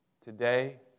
today